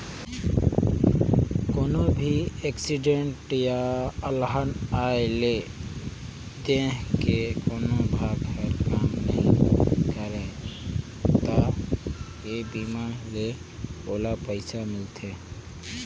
कोनो भी एक्सीडेंट य अलहन आये ले देंह के कोनो भाग हर काम नइ करे त ए बीमा ले ओला पइसा मिलथे